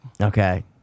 Okay